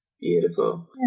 Beautiful